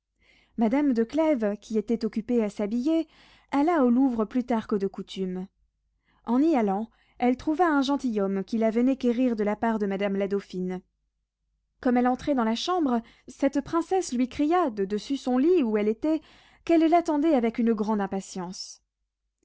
madame de clèves qui était occupée à s'habiller alla au louvre plus tard que de coutume en y allant elle trouva un gentilhomme qui la venait quérir de la part de madame la dauphine comme elle entrait dans la chambre cette princesse lui cria de dessus son lit où elle était qu'elle l'attendait avec une grande impatience